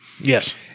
Yes